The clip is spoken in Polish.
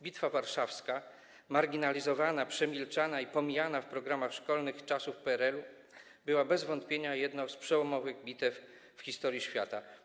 Bitwa Warszawska, marginalizowana, przemilczana i pomijana w programach szkolnych czasów PRL, była bez wątpienia jedną z przełomowych bitew w historii świata.